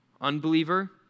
Unbeliever